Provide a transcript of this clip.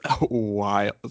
wild